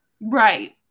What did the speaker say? Right